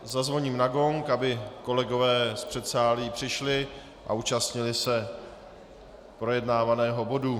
Zazvoním na gong, aby kolegové z předsálí přišli a účastnili se projednávaného bodu.